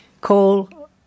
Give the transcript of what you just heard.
call